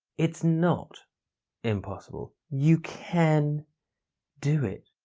it's not impossible! you can do it!